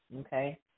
okay